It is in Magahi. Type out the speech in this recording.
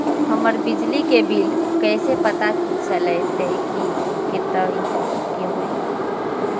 हमर बिजली के बिल कैसे पता चलतै की कतेइक के होई?